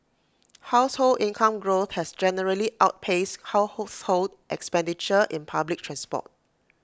household income growth has generally outpaced household expenditure in public transport